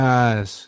Guys